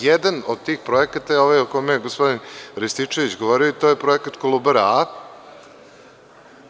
Jedan od tih projekata je ovaj o kome je gospodin Rističević govorio i to je projekat „Kolubara A“